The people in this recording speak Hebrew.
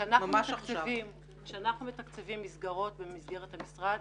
כאשר אנחנו מתקצבים מסגרות במסגרת המשרד,